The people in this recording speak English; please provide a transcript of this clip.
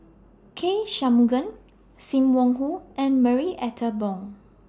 K Shanmugam SIM Wong Hoo and Marie Ethel Bong